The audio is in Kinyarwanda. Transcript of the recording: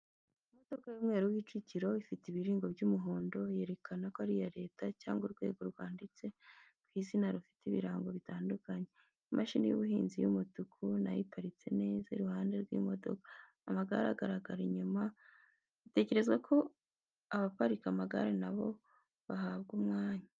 Imodoka y’umweru w'icukiro. Ifite ibiringo by’umuhondo yerekana ko ari iya Leta cyangwa urwego rwanditse ku izina rufite ibirango bitandukanye. Imashini y'ubuhinzi y’umutuku na yo iparitse neza, iruhande rw’imodoka, Amagare agaragara inyuma, bitekerezwa ko abaparika amagare na bo bahabwa umwanya.